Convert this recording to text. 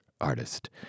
artist